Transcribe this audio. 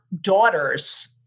daughters